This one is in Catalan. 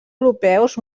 europeus